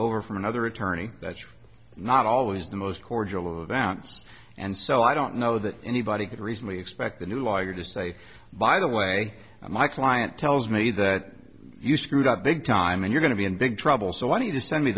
over from another attorney that's not always the most cordial of amps and so i don't know that anybody could reasonably expect the new lawyer to say by the way my client tells me that you screwed up big time and you're going to be in big trouble so i need to send me